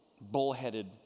bullheaded